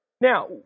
Now